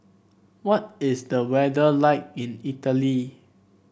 what is the weather like in Italy